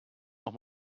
noch